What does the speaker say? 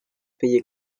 payés